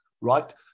right